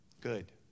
Good